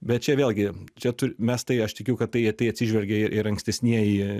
bet čia vėlgi čia tu mes tai aš tikiu kad tai į tai atsižvelgė ir ankstesnieji